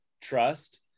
trust